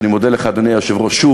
אדוני היושב-ראש,